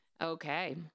Okay